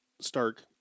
Stark